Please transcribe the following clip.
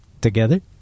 together